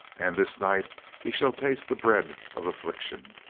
and this night he shall taste the bread of affliction.